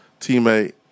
teammate